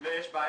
יש בעיה.